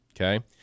Okay